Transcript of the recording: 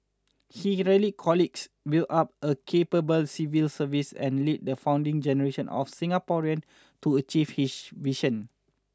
he rallied colleagues built up a capable civil service and led the founding generation of Singaporeans to achieve his vision